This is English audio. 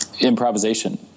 improvisation